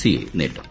സിയെ നേരിടും